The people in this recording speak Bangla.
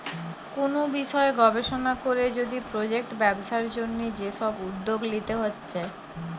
কুনু বিষয় গবেষণা কোরে যদি প্রজেক্ট ব্যবসার জন্যে যে সব উদ্যোগ লিতে হচ্ছে